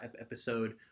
episode